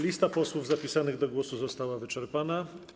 Lista posłów zapisanych do głosu została wyczerpana.